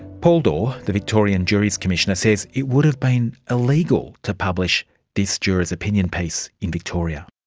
paul dore, the victorian juries commissioner, says it would have been illegal to publish this juror's opinion piece in victoria.